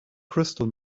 crystal